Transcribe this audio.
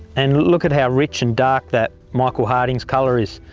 and look at how rich and dark that michael hardings colour is.